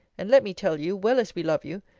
and, let me tell you, well as we love you,